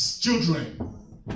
children